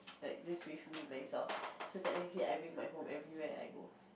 like just with me myself so technically I bring my home everywhere I go